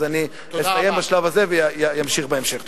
אז אני אסיים בשלב הזה ואמשיך בהמשך.